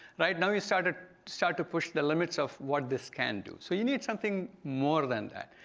now you know you start ah start to push the limits of what this can do. so you need something more than that.